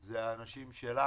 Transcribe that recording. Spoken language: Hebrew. אלה האנשים שלנו,